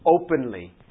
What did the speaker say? openly